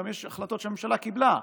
גם יש החלטות שהממשלה קיבלה: